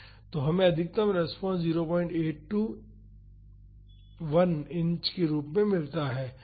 तो हमें अधिकतम रेस्पॉन्स 0821 इंच के रूप में मिलता है